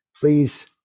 Please